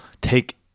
take